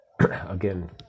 again